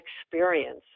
experience